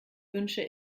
wünsche